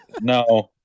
no